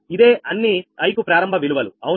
ఇదే అన్ని i కు ప్రారంభ విలువలు అవునా